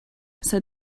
said